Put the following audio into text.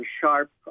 sharp